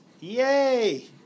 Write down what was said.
Yay